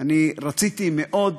אני רציתי מאוד,